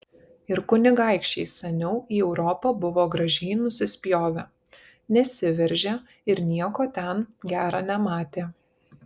ir kunigaikščiai seniau į europą buvo gražiai nusispjovę nesiveržė ir nieko ten gera nematė